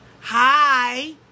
hi